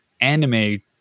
anime